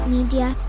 Media